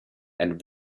and